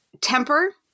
temper